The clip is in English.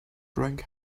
drank